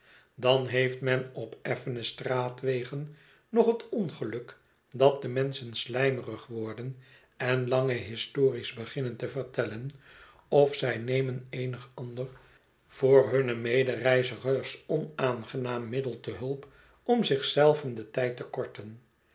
dan heeft men op effene straatwegen nog het ongeluk dat de menschen shjmerig worden en lange histories beginnen te vertellen ofzij nemen eenig ander voor hunne medereizigers onaangenaam middel te hulp om zich zelven den tijd te korten